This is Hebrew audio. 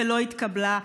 לא התקבלה,